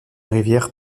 rivière